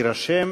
ירושלים,